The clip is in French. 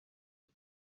aux